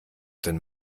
den